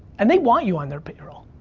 and they want you on their payroll,